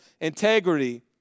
Integrity